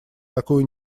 такую